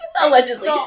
Allegedly